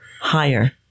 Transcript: higher